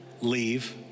leave